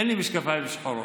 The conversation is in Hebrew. אין לי משקפיים שחורים.